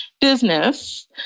business